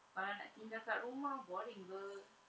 sekarang nak tinggal kat rumah boring apa